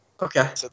Okay